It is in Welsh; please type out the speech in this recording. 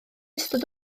ystod